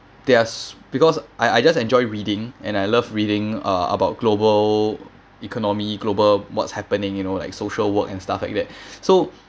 there's because I I just enjoy reading and I love reading uh about global economy global what's happening you know like social work and stuff like that so